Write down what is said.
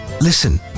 Listen